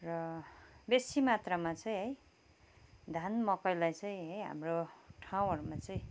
र बेसी मात्रामा चाहिँ है धान मकैलाई चाहिँ है हाम्रो ठाउँहरूमा चाहिँ